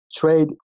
trade